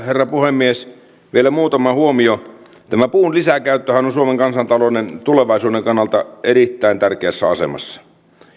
herra puhemies vielä muutama huomio tämä puun lisäkäyttöhän on on suomen kansantalouden tulevaisuuden kannalta erittäin tärkeässä asemassa